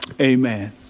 Amen